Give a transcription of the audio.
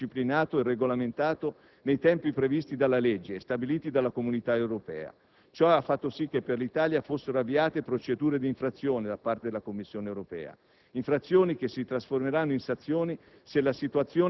ha impedito che il processo di liberalizzazione del mercato fosse disciplinato e regolamentato nei tempi previsti dalla legge e stabiliti dall'Unione Europea. Ciò ha fatto sì che per l'Italia fossero avviate procedure di infrazione da parte della Commissione europea,